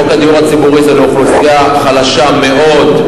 חוק הדיור הציבורי זה לאוכלוסייה חלשה מאוד,